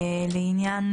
לעניין